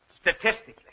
statistically